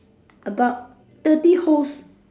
about thirty host